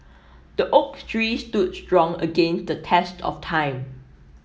the oak tree stood strong against the test of time